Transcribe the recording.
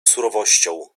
surowością